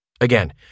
Again